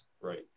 right